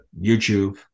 YouTube